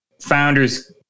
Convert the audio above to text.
founders